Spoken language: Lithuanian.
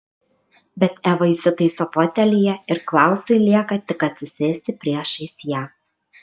bet eva įsitaiso fotelyje ir klausui lieka tik atsisėsti priešais ją